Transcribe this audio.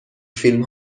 فیلم